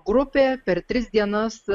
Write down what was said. grupė per tris dienas